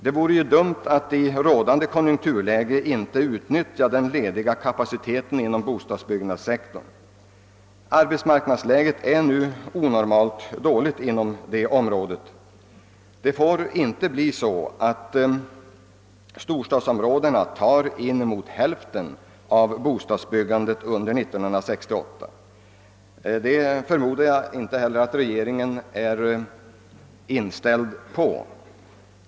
Det vore ju dumt att i rådande konjunkturläge inte utnyttja den lediga kapaciteten på bostadbyggnadssektorn. Arbetsmarknadsläget är nu onormalt dåligt på detta område. Det får inte bli så att storstadsområdena tar inemot hälften av bostadsbyggandet under 1968 — det förmodar jag att regeringen inte heller är inställd på.